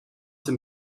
dem